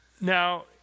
Now